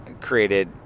created